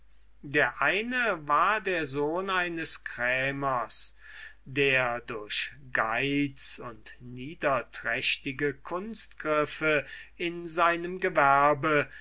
der eine war der sohn eines krämers der durch geiz und niederträchtige kunstgriffe in seinem gewerbe